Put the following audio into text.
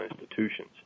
institutions